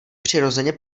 přirozeně